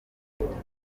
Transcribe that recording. niyemeje